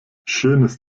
schönes